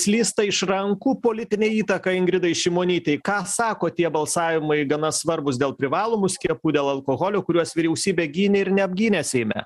slysta iš rankų politinė įtaka ingridai šimonytei ką sako tie balsavimai gana svarbūs dėl privalomų skiepų dėl alkoholio kuriuos vyriausybė gynė ir neapgynė seime